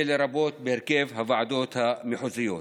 לרבות בהרכב הוועדות המחוזיות.